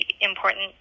important